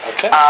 Okay